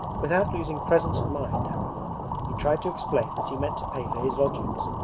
without losing presence of mind however he tried to explain that he meant to pay for his lodgings,